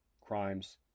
Crimes